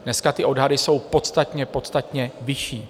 Dneska ty odhady jsou podstatně, podstatně vyšší.